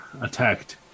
attacked